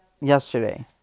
yesterday